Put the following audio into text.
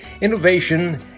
innovation